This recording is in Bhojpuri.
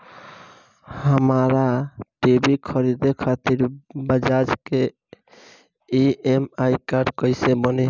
हमरा टी.वी खरीदे खातिर बज़ाज़ के ई.एम.आई कार्ड कईसे बनी?